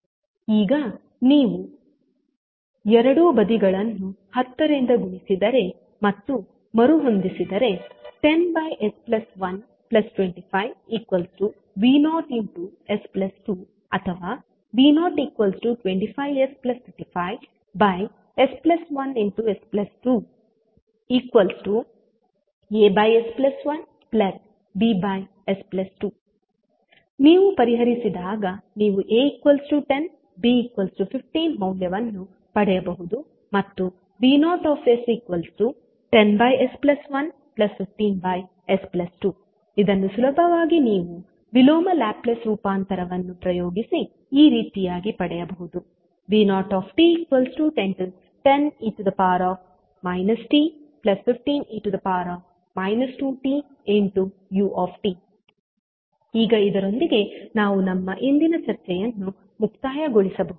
ಈಗ ನೀವು ಎರಡೂ ಬದಿಗಳನ್ನು 10 ರಿಂದ ಗುಣಿಸಿದರೆ ಮತ್ತು ಮರುಹೊಂದಿಸಿದರೆ 10s125V0s2 ಅಥವಾ V025 s35s1 s2As1Bs2 ನೀವು ಪರಿಹರಿಸಿದಾಗ ನೀವು A 10 B 15 ಮೌಲ್ಯವನ್ನು ಪಡೆಯಬಹುದು ಮತ್ತು V0s10s115s2 ಇದನ್ನು ಸುಲಭವಾಗಿ ನೀವು ವಿಲೋಮ ಲ್ಯಾಪ್ಲೇಸ್ ರೂಪಾಂತರವನ್ನು ಪ್ರಯೋಗಿಸಿ ಈ ರೀತಿಯಾಗಿ ಪಡೆಯಬಹುದು v0t10e t15e 2tu ಈಗ ಇದರೊಂದಿಗೆ ನಾವು ನಮ್ಮ ಇಂದಿನ ಚರ್ಚೆಯನ್ನು ಮುಕ್ತಾಯಗೊಳಿಸಬಹುದು